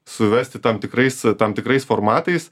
suvesti tam tikrais tam tikrais formatais